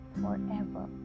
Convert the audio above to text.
forever